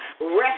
Rest